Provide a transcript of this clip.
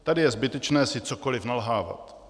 Tady je zbytečné si cokoli nalhávat.